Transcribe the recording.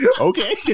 okay